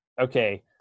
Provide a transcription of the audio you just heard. okay